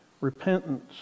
Repentance